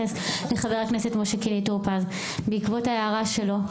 אבל אני רוצה להתייחס לחבר הכנסת משה (קינלי) טור פז בעקבות ההערה שלו.